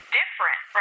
different